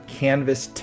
canvas